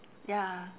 ya